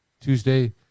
Tuesday